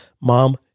mom